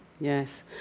Yes